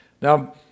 Now